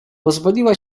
pozwoliła